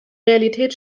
realität